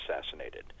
assassinated